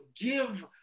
give